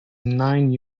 nine